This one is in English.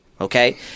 Okay